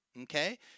okay